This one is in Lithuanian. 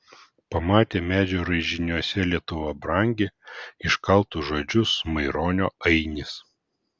pamatė medžio raižiniuose lietuva brangi iškaltus žodžius maironio ainis